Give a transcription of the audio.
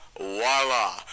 voila